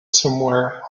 somewhere